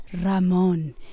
Ramon